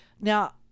Now